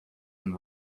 and